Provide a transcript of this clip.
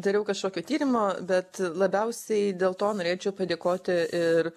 dariau kažkokio tyrimo bet labiausiai dėl to norėčiau padėkoti ir